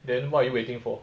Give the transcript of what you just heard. then what are you waiting for